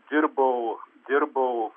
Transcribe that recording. dirbau dirbau